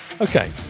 Okay